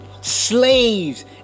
slaves